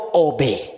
obey